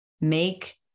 make